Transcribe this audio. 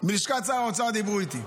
מלשכת שר האוצר דיברו איתי.